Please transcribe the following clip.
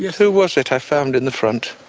who was it i found in the front?